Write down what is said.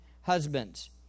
husbands